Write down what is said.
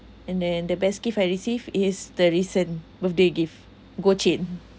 and then the best gift I received is the recent birthday gift gold chain